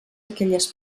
aquelles